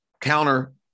counter